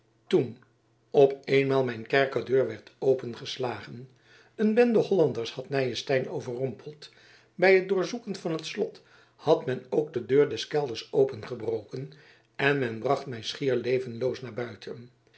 toen op eenmaal mijn kerkerdeur werd opengeslagen een bende hollanders had nyenstein overrompeld bij het doorzoeken van het slot had men ook de deur des kelders opengebroken en men bracht mij schier levenloos naar buiten